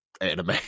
anime